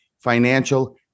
financial